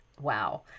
wow